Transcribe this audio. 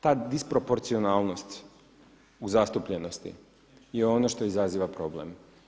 Ta disproporcionalnost u zastupljenosti je ono što izaziva problem.